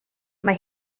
mae